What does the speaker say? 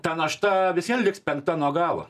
ta našta vis vien liks penkta nuo galo